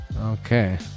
Okay